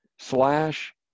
slash